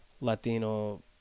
Latino